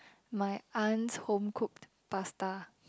my aunt's home cooked pasta